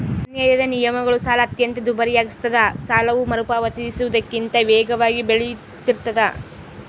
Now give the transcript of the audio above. ಅನ್ಯಾಯದ ನಿಯಮಗಳು ಸಾಲ ಅತ್ಯಂತ ದುಬಾರಿಯಾಗಿಸ್ತದ ಸಾಲವು ಮರುಪಾವತಿಸುವುದಕ್ಕಿಂತ ವೇಗವಾಗಿ ಬೆಳಿತಿರ್ತಾದ